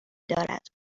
دارد